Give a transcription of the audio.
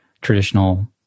traditional